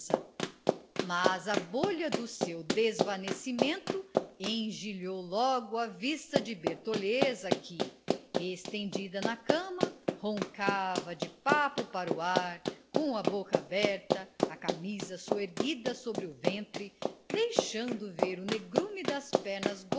mas a bolha do seu desvanecimento engelhou logo à vista de bertoleza que estendida na cama roncava de papo para o ar com a boca aberta a camisa soerguida sobre o ventre deixando ver o negrume das pernas